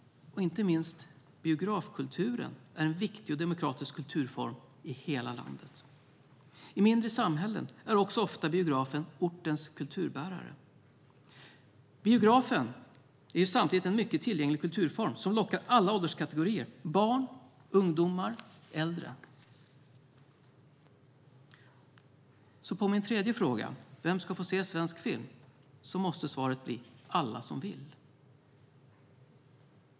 Inte minst biografkulturen är en viktig och demokratisk kulturform i hela landet. I mindre samhällen är biografen ofta också ortens kulturbärare. Biografen är samtidigt en mycket tillgänglig kulturform som lockar alla ålderskategorier: barn, ungdomar och äldre. På min tredje fråga, "Vem ska få se svensk film? ", måste svaret bli: alla som vill.